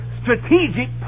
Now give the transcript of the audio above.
strategic